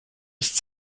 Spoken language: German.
ist